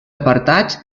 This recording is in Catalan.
apartats